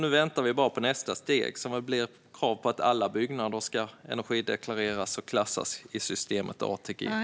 Nu väntar vi bara på nästa steg, som väl blir krav på att alla byggnader ska energideklareras och klassas i systemet från A till G.